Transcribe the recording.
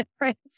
right